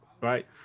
right